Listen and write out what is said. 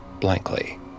blankly